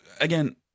again